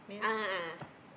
a'ah